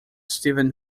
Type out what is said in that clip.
stephen